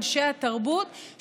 אנשי התרבות,